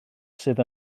sydd